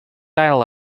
dial